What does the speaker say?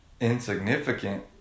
insignificant